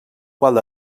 qual